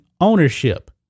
ownership